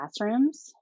classrooms